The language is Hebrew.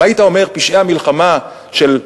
אם היית אומר "פשעי המלחמה של 'אל-קאעידה'"